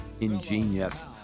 ingenious